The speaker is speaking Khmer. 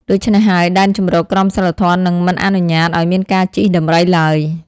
ដូច្នេះហើយ ដែនជម្រកក្រមសីលធម៌នឹងមិនអនុញ្ញាតឲ្យមានការជិះដំរីឡើយ។